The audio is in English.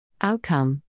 Outcome